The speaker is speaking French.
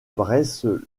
bresse